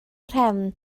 nhrefn